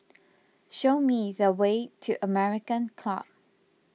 show me the way to American Club